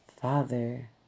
father